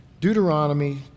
Deuteronomy